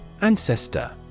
Ancestor